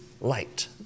light